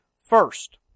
First